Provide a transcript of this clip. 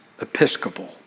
Episcopal